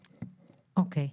אוקי.